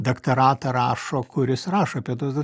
daktaratą rašo kur jis rašo apie tuos da